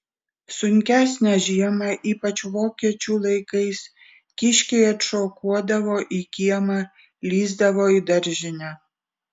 sunkesnę žiemą ypač vokiečių laikais kiškiai atšokuodavo į kiemą lįsdavo į daržinę